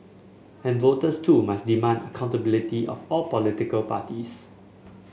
and voters too must demand accountability of all political parties